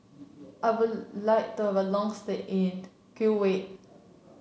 I would like to have a long stay in Kuwait